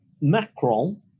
Macron